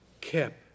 kept